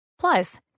Plus